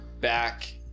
back